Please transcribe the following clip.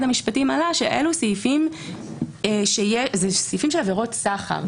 המשפטים עלה שאלה סעיפים של עבירות סחר.